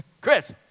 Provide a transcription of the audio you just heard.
Chris